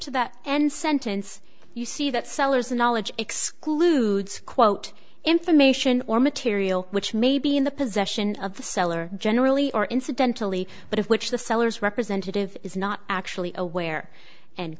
to that end sentence you see that sellers of knowledge excludes quote information or material which may be in the possession of the seller generally or incidentally but of which the sellers representative is not actually aware and